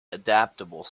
adaptable